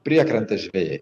priekrantės žvejai